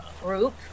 group